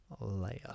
layer